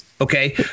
okay